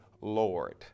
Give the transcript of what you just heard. Lord